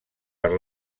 per